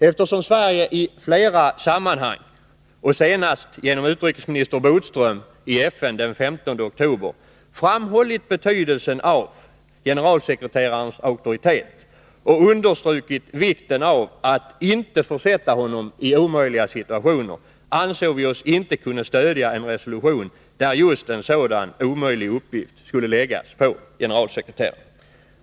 Eftersom Sverige i flera sammanhang, senast genom utrikesminister Bodström i FN den 15 oktober, framhållit betydelsen av generalsekreterarens auktoritet och understrukit vikten av att man inte försätter honom i omöjliga situationer, ansåg vi oss inte kunna stödja en resolution där just en sådan omöjlig uppgift skulle läggas på generalsekreteraren.